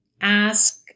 ask